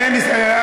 אין הסתייגות.